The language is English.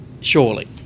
surely